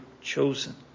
chosen